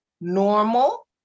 normal